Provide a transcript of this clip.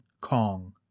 Kong